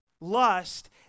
Lust